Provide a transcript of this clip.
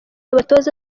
abatoza